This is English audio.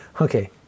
Okay